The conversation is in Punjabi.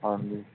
ਹਾਂਜੀ